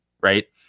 right